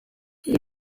ibi